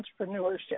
entrepreneurship